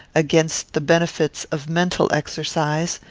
against the benefits of mental exercise,